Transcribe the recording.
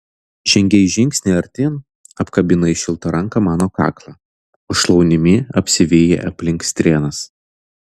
žengei žingsnį artyn apkabinai šilta ranka mano kaklą o šlaunimi apsivijai aplink strėnas